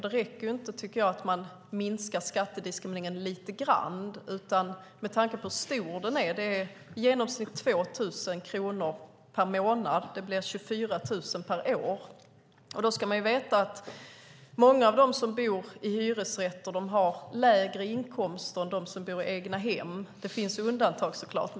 Det räcker inte, tycker jag, att man minskar skattediskrimineringen lite grann, med tanke på hur stor den är. Det är i genomsnitt 2 000 kronor per månad. Det blir 24 000 per år. Och då ska man veta att många av dem som bor i hyresrätter har lägre inkomster än dem som bor i egnahem. Det finns undantag, såklart.